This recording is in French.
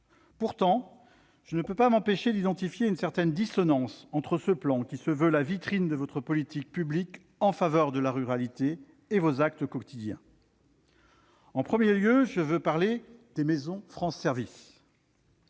Pourtant, je ne puis m'empêcher de relever une certaine dissonance entre ce plan, qui se veut la vitrine de votre politique publique en faveur de la ruralité, et vos actes quotidiens. J'aborderai en premier lieu les maisons France services.